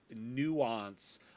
nuance